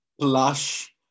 Plush